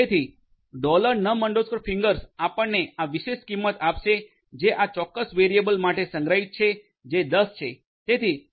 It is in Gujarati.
તેથી ડોલરનમ ફિંગર્સnum fingers આપણને આ વિશેષ કિંમત આપશે જે આ ચોક્કસ વેરિયેબલ માટે સંગ્રહિત છે જે 10 છે